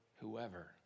whoever